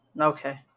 okay